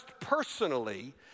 personally